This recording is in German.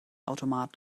automat